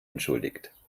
entschuldigt